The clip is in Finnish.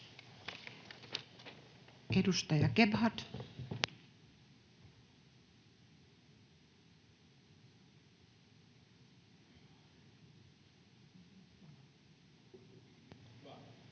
Edustaja Gebhard. Arvoisa